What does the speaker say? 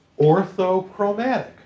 orthochromatic